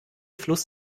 fluss